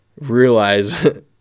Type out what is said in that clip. realize